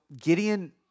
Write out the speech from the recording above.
Gideon